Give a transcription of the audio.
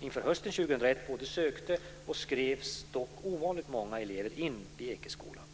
Inför hösten 2001 både sökte och skrevs dock ovanligt många elever in vid Ekeskolan.